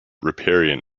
riparian